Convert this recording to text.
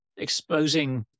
exposing